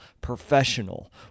professional